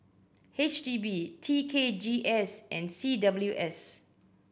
H D B T K G S and C W S